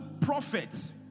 prophets